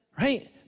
right